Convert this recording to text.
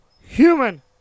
human